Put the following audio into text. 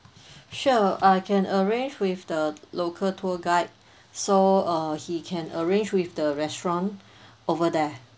sure I can arrange with the local tour guide so err he can arrange with the restaurant over there